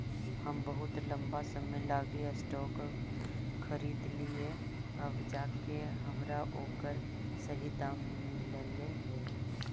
हम बहुत लंबा समय लागी स्टॉक खरीदलिअइ अब जाके हमरा ओकर सही दाम मिललई हे